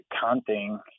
counting